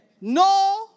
No